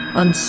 on